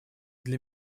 для